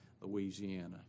Louisiana